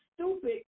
stupid